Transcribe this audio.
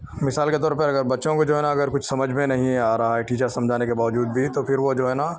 مثال کے طور پر اگر بچوں کو جو ہے نا اگر کچھ سمجھ میں نہیں آ رہا ہے ٹیچرس سمجھانے کے باوجود بھی تو پھر وہ جو ہے نا